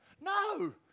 No